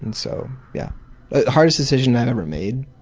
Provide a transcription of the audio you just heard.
and so yeah hardest decision i ever made,